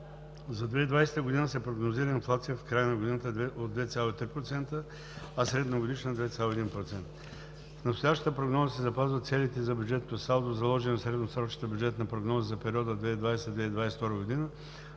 За 2020 г. се прогнозира инфлация в края на годината от 2,3%, а средногодишна – 2,1%. В настоящата прогноза се запазват целите за бюджетното салдо, заложени в средносрочната бюджетна прогноза за периода 2020 – 2022 г.,